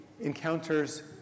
encounters